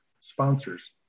sponsors